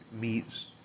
meats